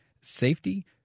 safety